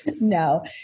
No